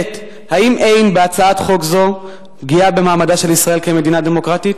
2. האם אין בהצעת חוק זו פגיעה במעמדה של ישראל כמדינה דמוקרטית?